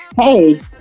hey